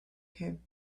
came